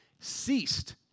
Ceased